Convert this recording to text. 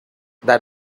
that